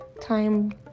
time